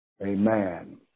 amen